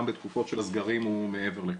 גם בתקופות של הסגרים ומעבר לכך.